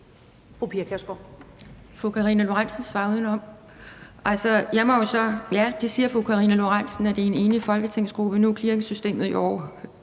Fru Karina Lorentzen Dehnhardt siger, at det er en enig folketingsgruppe. Nu er clearingsystemet